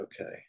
Okay